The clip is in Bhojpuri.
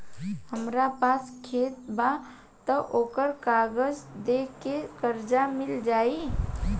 हमरा पास खेत बा त ओकर कागज दे के कर्जा मिल जाई?